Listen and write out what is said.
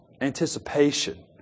Anticipation